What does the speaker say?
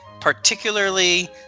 particularly